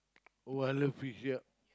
oh I love fish yeah